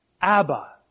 Abba